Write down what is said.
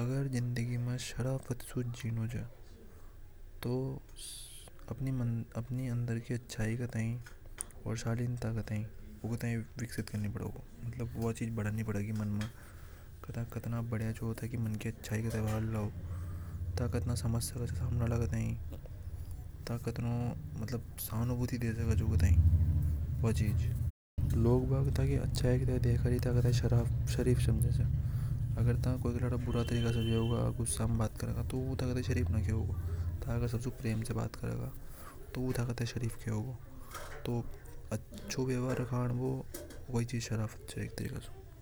अगर जिंदगी में शराफत से जीनों से तो अपनी अंदर। की शालीनता को विकसित करनी पड़ेगीवा चीज बढ़ानी पड़ेगी था कतरा बढ़िया च सामने वाला के लिया था कतरा अच्छा बाहर लाओ था कतरा समझ सके च थकी दूसरा ने था कितनी सहानुभूति दे सके लोग बाग थकी अच्छाई देखे अगर था कोई के साथ बुरा तरीका से रेवेगा तो उ थाई शरीफ नि के वे गो सबसे प्रेम से बात करेगा तो वो थके थाई शरीफ केवेगो तो अच्छों। व्यवहार रखनबोबो वो ही शराफत च एक तरीका सु।